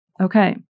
Okay